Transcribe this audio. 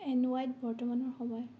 N ৱাইত বৰ্তমানৰ সময়